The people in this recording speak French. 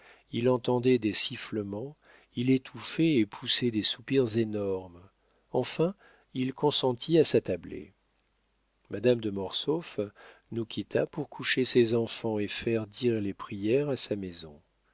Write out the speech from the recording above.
il entendait des sifflements il étouffait et poussait des soupirs énormes enfin il consentit à s'attabler madame de mortsauf nous quitta pour coucher ses enfants et faire dire les prières à sa maison